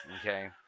okay